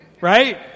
right